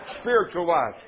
spiritual-wise